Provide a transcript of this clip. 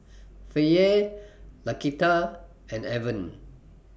Faye Laquita and Evan